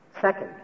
Second